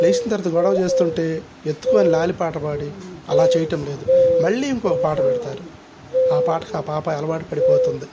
లేచిన తరువాత గొడవ చేేస్తుంటే ఎత్తుకొని లాలిపాట పాడి అలా చేయటం లేదు మళ్ళీ ఇంకొక పాట పెడతారు ఆ పాటకు ఆ పాప అలవాటు పడిపోతుంది